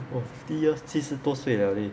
我 fifty years 七十多岁了 leh